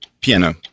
Piano